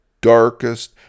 darkest